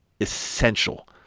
essential